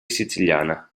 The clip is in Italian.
siciliana